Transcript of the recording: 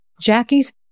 Jackie's